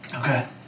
Okay